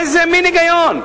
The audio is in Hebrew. איזה מין היגיון?